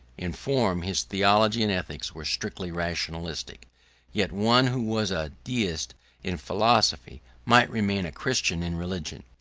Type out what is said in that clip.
in form his theology and ethics were strictly rationalistic yet one who was a deist in philosophy might remain a christian in religion.